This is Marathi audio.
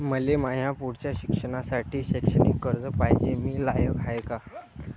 मले माया पुढच्या शिक्षणासाठी शैक्षणिक कर्ज पायजे, मी लायक हाय का?